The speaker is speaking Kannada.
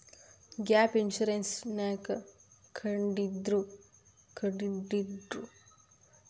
ಗ್ಯಾಪ್ ಇನ್ಸುರೆನ್ಸ್ ನ್ಯಾಕ್ ಕಂಢಿಡ್ದ್ರು?